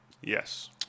Yes